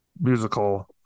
musical